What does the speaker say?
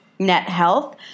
NetHealth